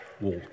walk